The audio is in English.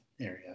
area